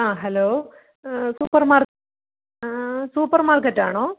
ആ hello super mark super മാർക്കറ്റാണോ